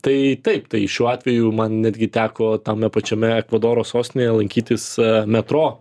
tai taip tai šiuo atveju man netgi teko tame pačiame ekvadoro sostinėje lankytis metro